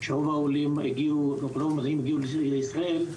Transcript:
שרוב העולים הגיעו לישראל,